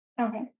Okay